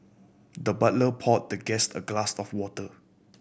the butler poured the guest a glass of water